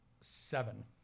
seven